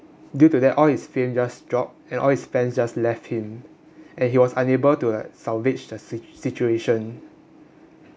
due to that all his fame just drop and his fans just left him and he was unable to like salvage the si~ situation